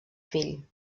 fill